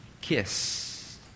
kiss